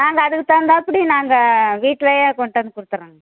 நாங்கள் அதற்கு தகுந்தாற்ப்படி நாங்கள் வீட்டுலையே கொண்டு வந்து கொடுத்துட்றேங்க